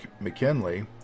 McKinley